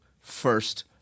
first